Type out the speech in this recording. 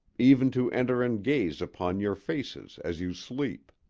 even to enter and gaze upon your faces as you sleep.